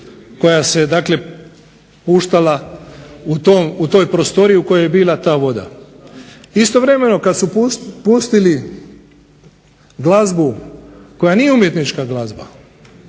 koja se puštala u toj prostoriji u kojoj je bila ta voda. Istovremeno kada su pustili glazbu koja nije umjetnička glazba,